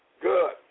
Good